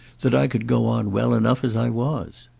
that i could go on well enough as i was.